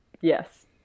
yes